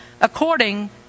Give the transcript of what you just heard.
according